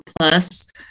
plus